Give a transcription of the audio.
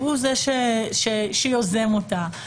והוא זה שיוזם אותה,